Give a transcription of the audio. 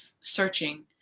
searching